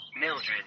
Mildred